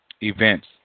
events